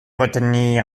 retenir